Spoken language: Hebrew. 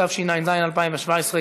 התשע"ז 2017,